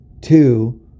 two